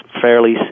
fairly